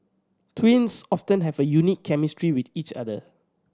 twins often have a unique chemistry with each other